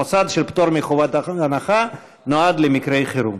המוסד של פטור מחובת הנחה נועד למקרי חירום.